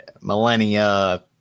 millennia